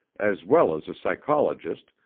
as well as a psychologist,